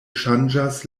ŝanĝas